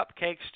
cupcakes